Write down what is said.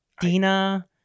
Dina